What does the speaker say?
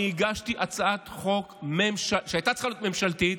אני הגשתי הצעת חוק שהייתה צריכה להיות ממשלתית,